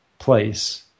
place